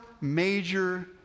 major